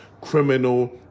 criminal